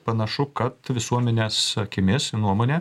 panašu kad visuomenės akimis nuomone